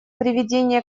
приведение